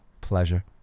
pleasure